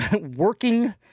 working